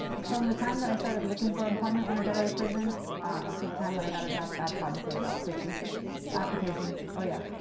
from the time that i started looking for employment when i got out of prison to the time that i got a job, i probably say about fifty applications, oh yeah.